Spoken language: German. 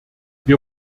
wir